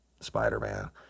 Spider-Man